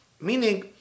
Meaning